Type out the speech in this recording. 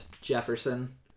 Jefferson